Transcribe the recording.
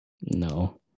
No